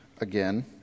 again